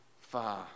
far